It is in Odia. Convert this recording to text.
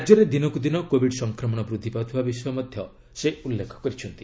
ରାଜ୍ୟରେ ଦିନକୁ ଦିନ କୋବିଡ୍ ସଂକ୍ରମଣ ବୃଦ୍ଧି ପାଉଥିବା ବିଷୟ ମଧ୍ୟ ସେ ଉଲ୍ଲେଖ କରିଛନ୍ତି